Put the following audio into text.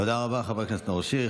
תודה רבה, חבר הכנסת נאור שירי.